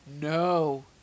No